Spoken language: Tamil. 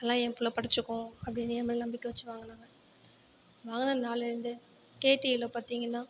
அதெலாம் என் பிள்ள படித்துக்கும் அப்படின்னு என் மேலே நம்பிக்கை வச்சு வாங்கினாங்க வாங்கின நாள்லேருந்து கேடிவியில் பார்த்திங்கன்னா